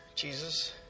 Jesus